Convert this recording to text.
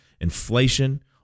inflation